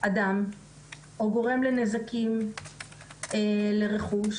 אדם או גורם לנזקים לרכוש,